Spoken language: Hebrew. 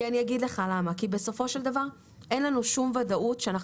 כי בסופו של דבר אין לנו שום ודאות ושאנחנו